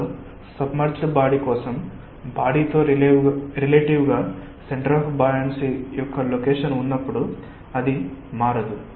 కాబట్టి submerged body కోసం బాడీతో రిలేటివ్ గా సెంటర్ ఆఫ్ బయాన్సీ యొక్క లొకేషన్ ఉన్నప్పుడు అది మారదు